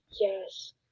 Yes